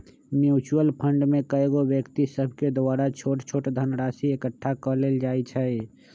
mutual fund में कएगो व्यक्ति सभके द्वारा छोट छोट धनराशि एकठ्ठा क लेल जाइ छइ